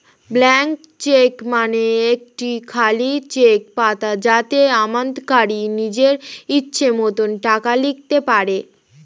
blank cheque মানে একটি খালি চেক পাতা যাতে আমানতকারী নিজের ইচ্ছে মতো টাকা লিখতে পারে